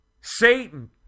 Satan